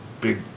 big